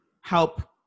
help